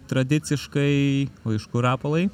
tradiciškai o iš kur rapolai